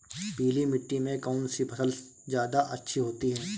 पीली मिट्टी में कौन सी फसल ज्यादा अच्छी होती है?